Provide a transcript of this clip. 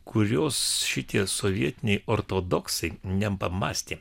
kurios šitie sovietiniai ortodoksai nepamąstė